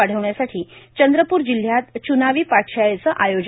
वाढविण्यासाठी चंद्रपूर जिल्ह्यात चुनावी पाठशाळेचं आयोजन